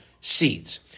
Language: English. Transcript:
seeds